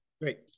Great